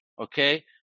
Okay